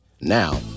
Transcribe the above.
Now